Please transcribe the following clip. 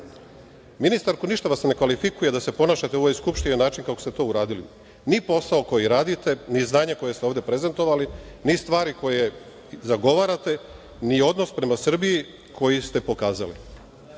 projekat. Ministarko, ništa vas ne kvalifikuje da se ponašate u ovoj Skupštini na način kako ste to uradili, ni posao koji radite, ni znanje koje ste ovde prezentovali, ni stvari koje zagovarate, ni odnos prema Srbiji koji ste pokazali. Kaže